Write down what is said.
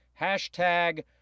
Hashtag